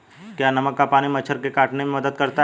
क्या नमक का पानी मच्छर के काटने में मदद करता है?